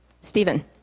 Stephen